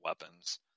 weapons